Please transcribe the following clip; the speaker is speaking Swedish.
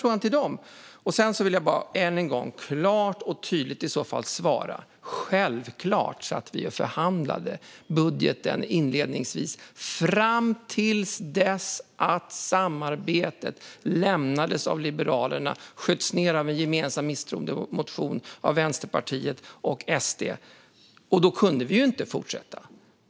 Jag vill än en gång klart och tydligt svara: Självklart satt vi och förhandlade budgeten inledningsvis, fram till dess att samarbetet lämnades av Liberalerna och sköts ned av ett gemensam misstroendeyrkande från Vänsterpartiet och Sverigedemokraterna. Då kunde vi inte fortsätta.